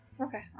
Okay